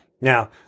Now